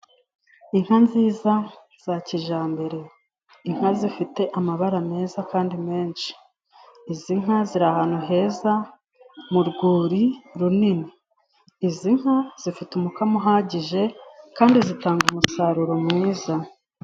Inka nziza za kijyambere, inka zifite amabara meza kandi menshi. Izi nka ziri ahantu heza mu rwuri runini. Izi nka zifite umukamo uhagije kandi zitanga umusaruro mwiza.